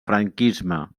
franquisme